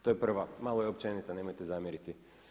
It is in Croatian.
To je prva, malo je općenita nemojte zamjeriti.